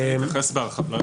אני ארצה להתייחס בהרחבה.